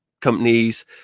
companies